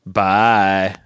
bye